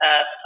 up